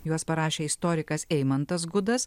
juos parašė istorikas eimantas gudas